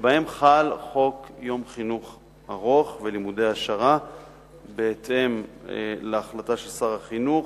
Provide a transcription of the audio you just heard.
שבהם חל חוק יום חינוך ארוך ולימודי העשרה בהתאם להחלטה של שר החינוך,